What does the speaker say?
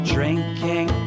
Drinking